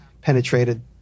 penetrated